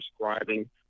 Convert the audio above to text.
prescribing